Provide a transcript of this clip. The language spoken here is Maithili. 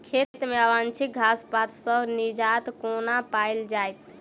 खेत मे अवांछित घास पात सऽ निजात कोना पाइल जाइ?